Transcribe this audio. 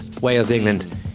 Wales-England